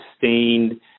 sustained